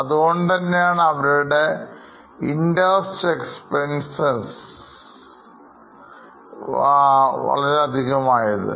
അതുകൊണ്ട് തന്നെയാണ് അവരുടെ Interest expenses വളരെയധികമാണ്